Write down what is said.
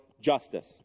justice